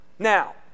Now